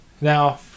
Now